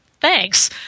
Thanks